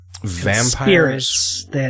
Vampires